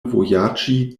vojaĝi